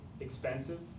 expensive